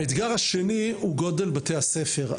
האתגר השני הוא גודל בתי הספר.